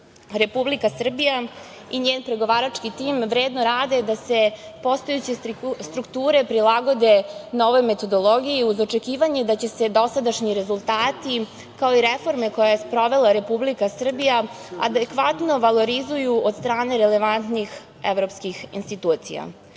EU.Republike Srbija i njen pregovarački tim vredno rade da se postojeće strukture prilagode novoj metodologiji, uz očekivanje da će se dosadašnji rezultati, kao i reforme koje je sprovela Republika Srbija, adekvatno valorizuju od strane relevantnih evropskih institucija. Smatram